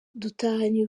dutahanye